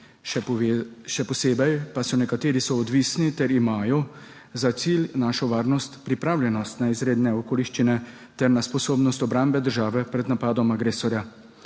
še posebej pa so nekateri soodvisni ter imajo za cilj našo varnost, pripravljenost na izredne okoliščine ter na sposobnost obrambe države pred napadom agresorja.